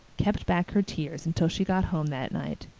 kept back her tears until she got home that night.